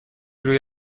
روی